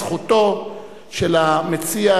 זכותו של המציע,